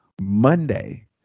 Monday